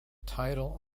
title